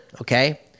okay